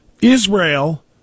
Israel